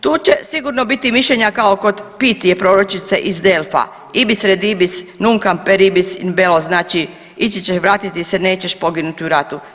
Tu će sigurno biti mišljenja kao kod Pitije proročice iz Delfa ibis redibis numquam peribis in bello, znači ići ćeš vratiti se nećeš poginuti u ratu.